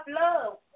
love